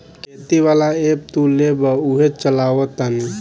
खेती वाला ऐप तू लेबऽ उहे चलावऽ तानी